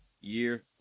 year